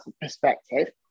perspective